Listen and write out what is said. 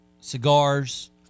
cigars